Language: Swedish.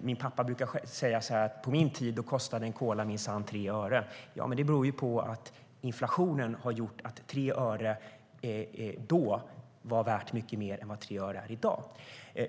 Min pappa brukar säga: På min tid kostade en kola minsann 3 öre. Ja, men det beror ju på att inflationen har gjort att 3 öre då var värt mycket mer än i dag.